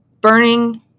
Burning